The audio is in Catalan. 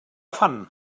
fan